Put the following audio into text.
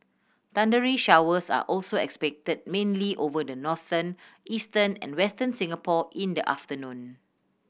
thundery showers are also expected mainly over northern eastern and Western Singapore in the afternoon